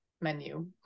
menu